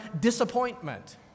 disappointment